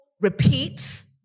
repeats